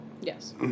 Yes